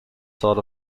sort